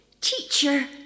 Teacher